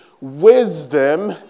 wisdom